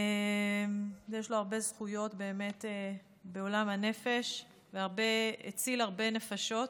באמת יש לו הרבה זכויות בעולם הנפש והוא הציל הרבה נפשות.